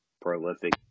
prolific